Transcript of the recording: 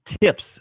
tips